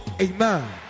Amen